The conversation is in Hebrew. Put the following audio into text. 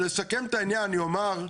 לסכם את העניין אני אומר,